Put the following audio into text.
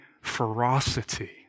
ferocity